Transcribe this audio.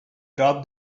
dropped